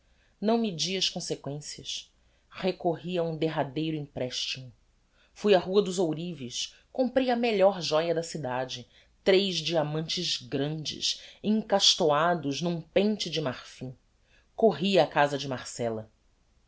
não medi as consequencias recorri a um derradeiro emprestimo fui á rua dos ourives comprei a melhor joia da cidade tres diamantes grandes encastoados n'um pente de marfim corri á casa de marcella